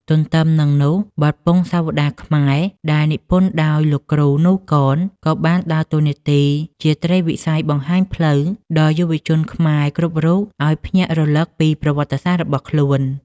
ទន្ទឹមនឹងនោះ បទពង្សាវតារខ្មែរ ដែលនិពន្ធដោយលោកគ្រូ នូ កន ក៏បានដើរតួនាទីជាត្រីវិស័យបង្ហាញផ្លូវដល់យុវជនខ្មែរគ្រប់រូបឱ្យភ្ញាក់រលឹកពីប្រវត្តិសាស្ត្ររបស់ខ្លួន។